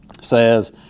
says